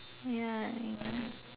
ya you know